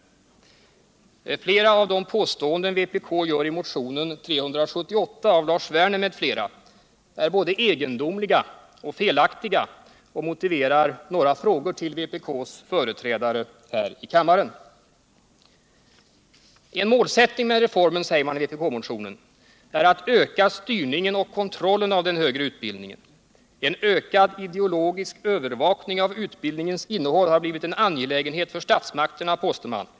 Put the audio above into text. Flera av de påståenden vpk gör i motionen 378 av Lars Werner m.fl. är både egendomliga och felaktiga och motiverar några frågor till vpk:s företrädare här i kammaren. En målsättning med reformen, säger man i vpk-motionen, är att öka styrningen och kontrollen av den högre utbildningen. En ökad ideologisk övervakning av utbildningens innehåll har blivit en angelägenhet för statsmakterna, påstår man.